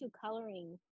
coloring